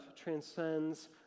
transcends